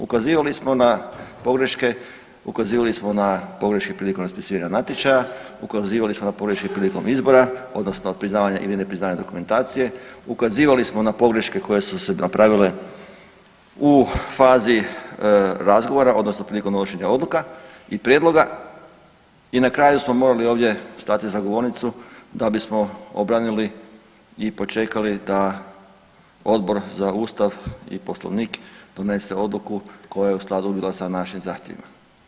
Ukazivali smo na pogreške, ukazivali smo na pogreške prilikom raspisivanja natječaja, ukazivali smo na pogreške prilikom izbora odnosno priznavanja ili nepriznavanja dokumentacije, ukazivali smo na pogreške koje su se napravile u fazi razgovora odnosno prilikom donošenja odluka i prijedloga i na kraju smo morali ovdje stati za govornicu da bismo obranili i počekali da Odbor za Ustav i Poslovnik donese odluku koja je u skladu bila sa našim zahtjevima.